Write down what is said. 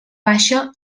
baixa